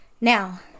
Now